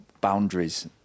boundaries